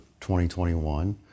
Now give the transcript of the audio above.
2021